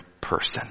person